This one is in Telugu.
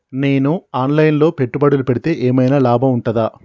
నేను ఆన్ లైన్ లో పెట్టుబడులు పెడితే ఏమైనా లాభం ఉంటదా?